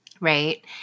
right